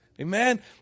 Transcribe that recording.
Amen